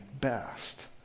best